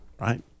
right